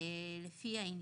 לפי העניין.